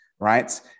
Right